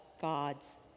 God's